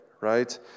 right